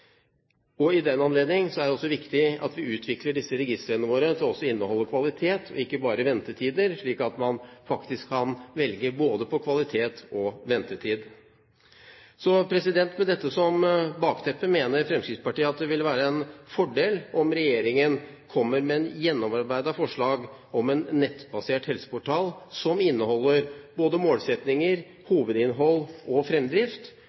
skritt. I den anledning er det også viktig at vi utvikler disse registrene til også å inneholde kvalitet, ikke bare ventetider, slik at man faktisk kan velge både når det gjelder kvalitet og ventetid. Med dette som bakteppe mener Fremskrittspartiet at det vil være en fordel om regjeringen kommer med et gjennomarbeidet forslag om en nettbasert helseportal som inneholder både målsettinger, hovedinnhold og fremdrift.